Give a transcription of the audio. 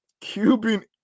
cuban